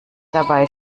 dabei